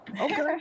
Okay